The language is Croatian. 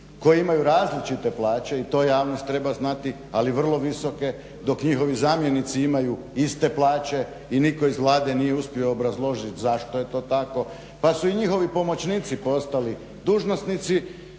koji imaju različite plaće i to javnost treba znati, ali vrlo visoke, dok njihovi zamjenici imaju iste plaće i nitko iz Vlade nije uspio obrazložiti zašto je to tako pa su i njihovi pomoćnici postali dužnosnici